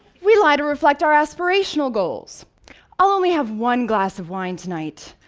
we lie to reflect our aspirational goals i'll only have one glass of wine tonight,